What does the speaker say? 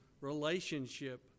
relationship